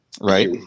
Right